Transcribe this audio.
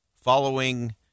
following